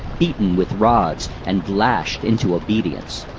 beaten with rods, and lashed into obedience!